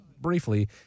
briefly